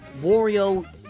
Wario